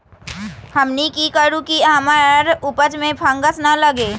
हमनी की करू की हमार उपज में फंगस ना लगे?